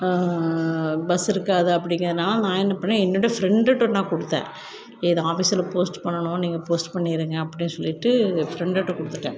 bus இருக்காது அப்படிங்கிறதுனால நான் என்ன பண்ணேன் என்னோட ஃப்ரெண்டுகிட்ட நான் கொடுத்தேன் ஏ இதை ஆஃபீஸில் போஸ்ட் பண்ணனும் நீங்கள் போஸ்ட் பண்ணிருங்க அப்படின்னு சொல்லிவிட்டு ஃப்ரெண்டுகிட்ட கொடுத்துட்டேன்